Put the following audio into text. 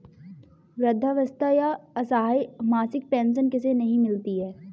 वृद्धावस्था या असहाय मासिक पेंशन किसे नहीं मिलती है?